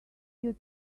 you